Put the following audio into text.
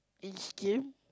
each game